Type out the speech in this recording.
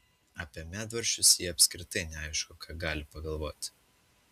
apie medvaržčius ji apskritai neaišku ką gali pagalvoti